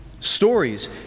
Stories